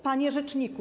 Panie Rzeczniku!